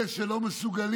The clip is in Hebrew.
אלה שלא מסוגלים,